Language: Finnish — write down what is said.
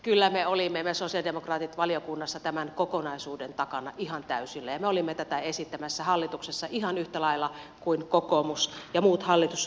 kyllä me sosialidemokraatit olimme valiokunnassa tämän kokonaisuuden takana ihan täysillä ja me olimme tätä esittämässä hallituksessa ihan yhtä lailla kuin kokoomus ja muut hallitusryhmät